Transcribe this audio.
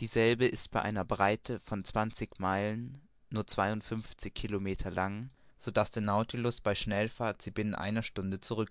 dieselbe ist bei einer breite von zwanzig meilen nur zweiundfünfzig kilometer lang so daß der nautilus bei schnellfahrt sie binnen einer stunde zurück